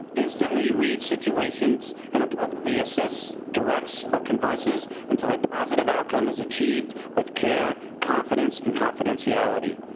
instantly reads situations, and appropriately assists, directs, or converses until a positive outcome is achieved with care, confidence, and confidentiality.